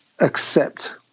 accept